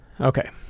okay